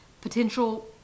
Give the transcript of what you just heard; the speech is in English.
potential